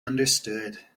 understood